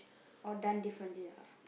or done differently ah